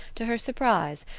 to her surprise,